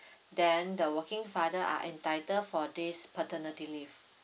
then the working father are entitle for this paternity leave